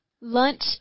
lunch